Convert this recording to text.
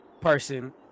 person